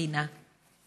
רינה.